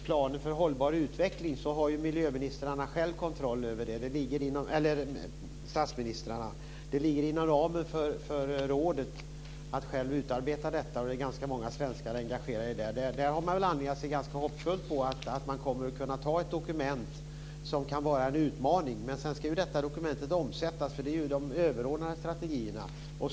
Planen för hållbar utveckling är det statsministrarna som har kontrollen över. Det ligger inom ramen för rådet att själva utarbeta detta. Det är ganska många svenskar som är engagerade i det. Det har vi väl anledning att se ganska hoppfullt på att man kommer att kunna anta ett dokument som kan vara en utmaning. Sedan ska detta dokument omsättas, för det handlar om de överordnade strategierna.